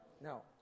No